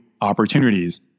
opportunities